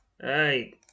Hey